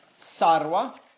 Sarva